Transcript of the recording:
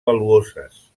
valuoses